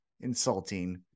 insulting